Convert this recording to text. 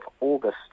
August